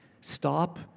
Stop